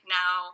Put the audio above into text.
now